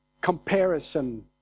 Comparison